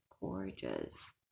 gorgeous